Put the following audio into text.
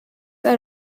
are